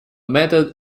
method